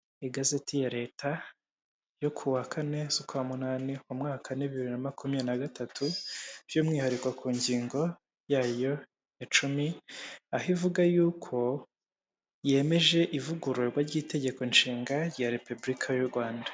Igazeti ya leta yo ku wa kane z'ukwa munani umwaka ni bibiri na makumyabiri na gatatu by'umwihariko ku ngingo yayo ya cumi aho ivuga y'uko yemeje ivugururwa ry'itegeko nshinga rya Repubulika y' u Rwanda.